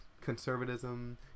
conservatism